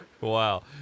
Wow